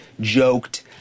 joked